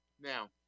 now